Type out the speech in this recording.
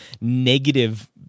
Negative